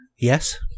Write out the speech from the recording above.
Yes